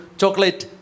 chocolate